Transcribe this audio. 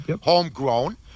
homegrown